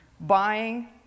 Buying